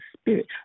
Spirit